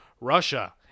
Russia